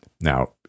Now